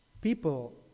people